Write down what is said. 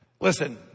Listen